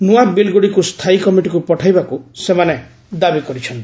ନୂଆ ବିଲ୍ଗୁଡ଼ିକୁ ସ୍ଥାୟୀ କମିଟିକୁ ପଠାଇବାକୁ ସେମାନେ ଦାବି କରିଛନ୍ତି